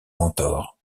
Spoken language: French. mentor